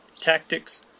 tactics